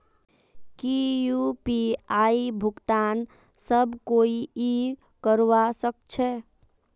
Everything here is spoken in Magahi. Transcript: की यु.पी.आई भुगतान सब कोई ई करवा सकछै?